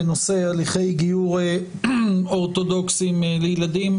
בנושא הליכי גיור אורתודוקסיים לילדים.